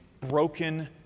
broken